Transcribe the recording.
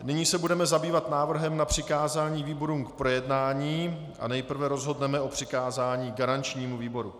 Nyní se budeme zabývat návrhem na přikázání výborům k projednání a nejprve rozhodneme o přikázání garančnímu výboru.